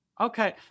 Okay